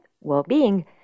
well-being